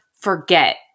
forget